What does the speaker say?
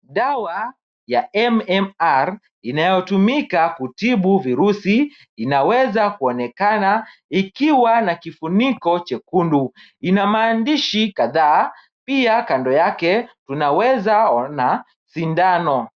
Dawa ya MMR inayotumika kutibu virusi inaweza kuonekana ikiwa na kifuniko chekundu. Ina maandishi kadhaa. Pia kando yake tunaweza ona sindano.